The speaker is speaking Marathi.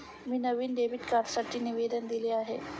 मी नवीन डेबिट कार्डसाठी निवेदन दिले आहे